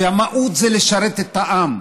שהמהות היא לשרת את העם,